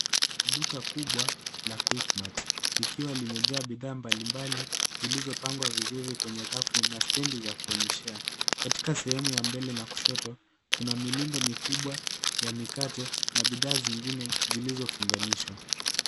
Duka kubwa la, quickmart, likiwa limejaa bidhaa mbalimbali zilizopangwa vizuri kwenye rafu na stendi za kuonyeshea. Katika sehemu ya mbele na kushoto kuna mirundo mikubwa ya mikate na bidhaa zingine zilizofunganishwa.